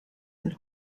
and